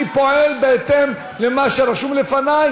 אני פועל בהתאם למה שרשום לפני,